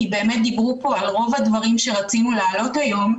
כי באמת דיברו פה על רוב הדברים שרצינו להעלות היום,